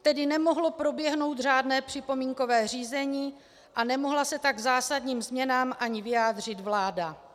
Tedy nemohlo proběhnout řádné připomínkové řízení a nemohla se k tak zásadním změnám ani vyjádřit vláda.